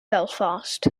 belfast